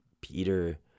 Peter